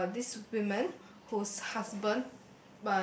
uh this women whose husband